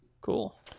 Cool